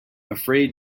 afraid